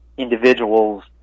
individuals